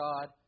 God